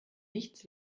nichts